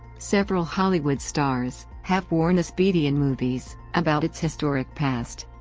several hollywood stars have worn the speedy in movies about it's historic past.